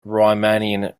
riemannian